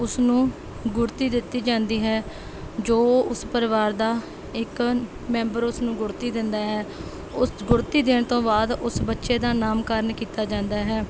ਉਸ ਨੂੰ ਗੁੜ੍ਹਤੀ ਦਿੱਤੀ ਜਾਂਦੀ ਹੈ ਜੋ ਉਸ ਪਰਿਵਾਰ ਦਾ ਇੱਕ ਮੈਂਬਰ ਉਸ ਨੂੰ ਗੁੜ੍ਹਤੀ ਦਿੰਦਾ ਹੈ ਉਸ ਗੁੜ੍ਹਤੀ ਦੇਣ ਤੋਂ ਬਾਅਦ ਉਸ ਬੱਚੇ ਦਾ ਨਾਮਕਰਨ ਕੀਤਾ ਜਾਂਦਾ ਹੈ